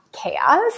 chaos